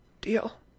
Deal